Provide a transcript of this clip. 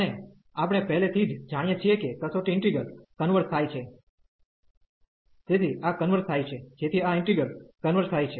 અને આપણે પહેલેથી જ જાણીએ છીએ કે કસોટી ઇન્ટિગ્રલ કન્વર્ઝ થાય છે તેથી આ કન્વર્ઝ થાય છે જેથી આ ઇન્ટિગ્રલ કન્વર્ઝ થાય છે